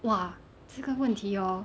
!wah! 这个问题 hor